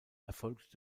erfolgt